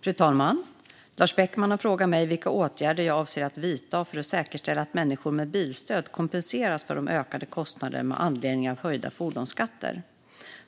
Fru talman! har frågat mig vilka åtgärder jag avser att vidta för att säkerställa att människor med bilstöd kompenseras för ökade kostnader med anledning av höjda fordonsskatter.